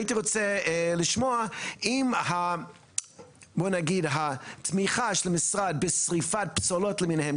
הייתי רוצה לשמוע אם התמיכה של המשרד בשרפת פסולות למיניהם,